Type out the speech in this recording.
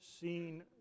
seen